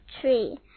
tree